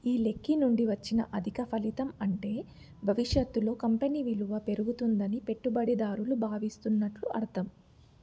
ఈ లెక్క నుండి వచ్చిన అధిక ఫలితం అంటే భవిష్యత్తులో కంపెనీ విలువ పెరుగుతుందని పెట్టుబడిదారులు భావిస్తున్నట్లు అర్ధం